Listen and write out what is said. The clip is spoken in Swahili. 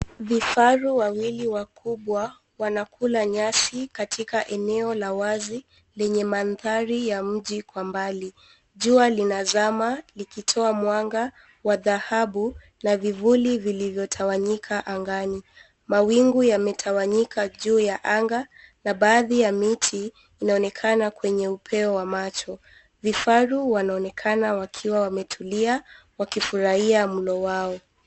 Vifaru wawili wakubwa wanakula nyasi katika eneo la wazi lenye mandhari ya mji kwa mbali. Jua linazama likitoa mwanga wa dhahabu na vifuli vilivyotawanyika angani. Mawingu yametawanyika juu ya anga na baadhi ya miti inaonekana kwenye upeo wa macho. Vifaru wanaonekana wakiwa wametulia wakifurahia mlo wao.